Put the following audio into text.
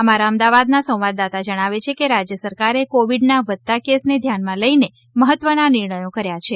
અમારા અમદાવાદના સંવાદદાતા જણાવે છે કે રાજ્ય સરકારે કોવિડના વધતા કેસને ધ્યાનમાં લઈને મહત્ત્વના નિર્ણયો કર્યા છે